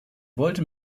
wollte